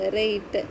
right